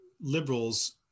liberals